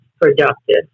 productive